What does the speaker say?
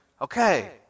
Okay